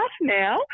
now